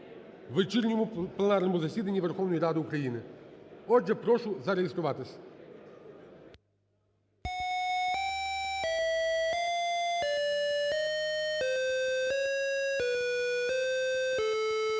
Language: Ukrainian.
вечірньому пленарному засіданні Верховної Ради України. Отже, прошу зареєструватись.